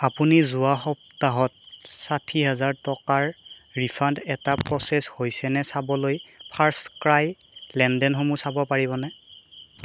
আপুনি যোৱা সপ্তাহত ষাঠি হেজাৰ টকাৰ ৰিফাণ্ড এটা প্ৰ'চেছ হৈছে নে চাবলৈ ফাৰ্ষ্টক্ৰাই লেনদেনসমূহ চাব পাৰিবনে